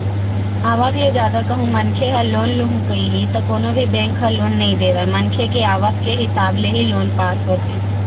आवक ले जादा कहूं मनखे ह लोन लुहूं कइही त कोनो भी बेंक ह लोन नइ देवय मनखे के आवक के हिसाब ले ही लोन पास होथे